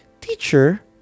Teacher